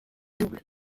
double